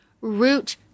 root